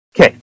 Okay